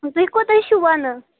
تُہۍ کوٗتاہ چھِو وَنان